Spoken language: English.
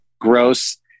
gross